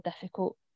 difficult